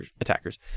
attackers